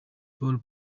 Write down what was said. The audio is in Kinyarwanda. paul